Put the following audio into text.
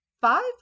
five